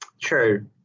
true